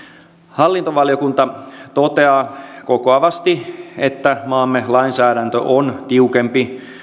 hallintovaliokunta toteaa kokoavasti että maamme lainsäädäntö on tiukempi